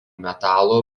metalų